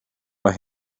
mae